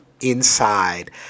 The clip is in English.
inside